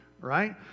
right